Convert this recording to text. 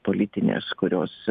politinės kurios